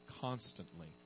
constantly